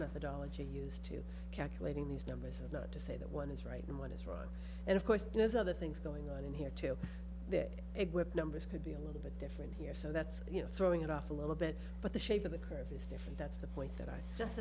methodology used to calculating these numbers is not to say that one is right and one is wrong and of course there's other things going on in here too that a quick numbers could be a little bit different here so that's you know throwing it off a little bit but the shape of the curve is different that's the point that i just